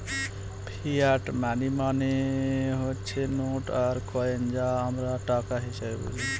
fiat money মানে হচ্ছে note আর কয়েন যা আমরা টাকা হিসেবে বুঝি